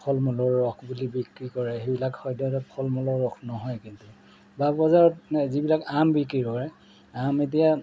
ফল মূলৰ ৰস বুলি বিক্ৰী কৰে সেইবিলাক সদ্যহতে ফল মূলৰ ৰস নহয় কিন্তু বা বজাৰত যিবিলাক আম বিক্ৰী কৰে আম এতিয়া